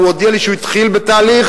הוא הודיע לי שהוא התחיל בתהליך,